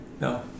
No